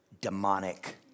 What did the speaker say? demonic